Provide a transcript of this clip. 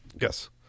Yes